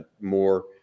more